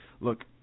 look